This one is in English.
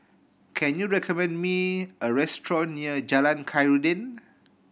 can you recommend me a restaurant near Jalan Khairuddin